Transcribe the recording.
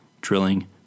drilling